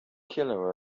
kilo